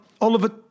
Oliver